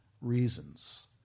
reasons